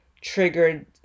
triggered